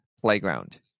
playground